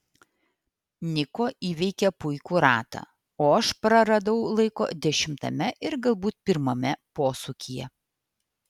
niko įveikė puikų ratą o aš praradau laiko dešimtame ir galbūt pirmame posūkyje